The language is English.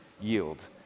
yield